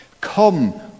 Come